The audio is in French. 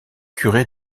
curé